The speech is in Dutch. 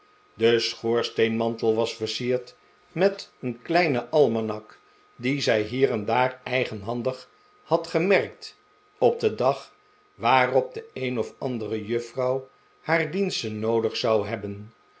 de schoorsteenmantel was versierd met een kleinen almanak dien zij hier en daar eigenhandig had gemerkt op den dag waarop de een of andere juffrouw haar diensten noodig zou hebben